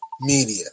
media